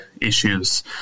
issues